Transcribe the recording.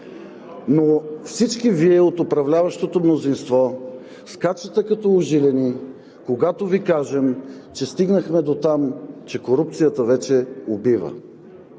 Всички Вие от управляващото мнозинство скачате като ужилени, когато Ви кажем, че стигнахме дотам, че корупцията вече убива.